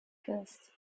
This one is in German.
ist